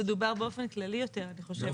זה דובר באופן כללי יותר אני חושבת.